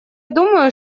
думаю